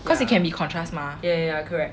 cause it can be contrast mah